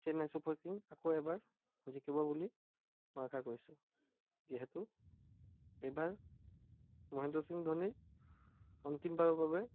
Chennai Super Kings আকৌ এবাৰ জিকিব বুলি মই আশা কৰিছোঁ যিহেতু এইবাৰ মহেন্দ্ৰ সিং ধোনী অন্তিমবাৰৰ বাবে